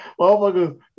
Motherfuckers